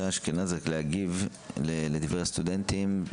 שי אשכנזי רצה להגיב לדברי הסטודנטים.